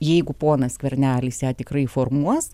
jeigu ponas skvernelis ją tikrai formuos